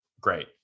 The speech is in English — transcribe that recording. great